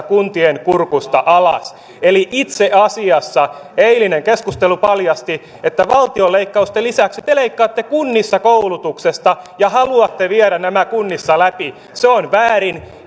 kuntien kurkusta alas eli itse asiassa eilinen keskustelu paljasti että valtion leikkausten lisäksi te leikkaatte kunnissa koulutuksesta ja haluatte viedä nämä kunnissa läpi se on väärin